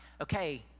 Okay